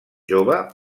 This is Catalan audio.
jove